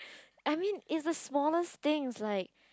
I mean it's the smallest things like